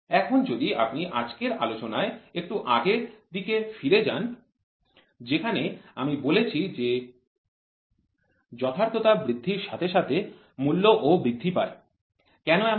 এখন যদি আপনি আজকের আলোচনায় একটু আগের দিকে ফিরে যান যেখানে আমি বলেছি যে যথার্থতা বৃদ্ধির সাথে সাথে মূল্য ও বৃদ্ধি পায় কেন এমন হয়